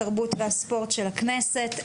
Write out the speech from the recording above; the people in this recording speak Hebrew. התרבות והספורט של הכנסת.